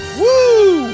woo